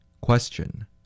Question